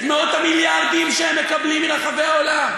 את מאות המיליארדים שהם מקבלים מרחבי העולם,